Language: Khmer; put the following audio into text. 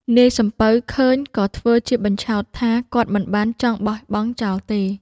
នាយសំពៅឃើញក៏ធ្វើជាបញ្ឆោតថាគាត់មិនបានចង់បោះបង់ចោលទេ។